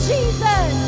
Jesus